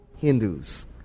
Hindus